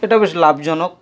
এটা বেশ লাভজনক